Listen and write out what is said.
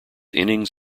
innings